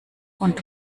und